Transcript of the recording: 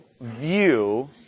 view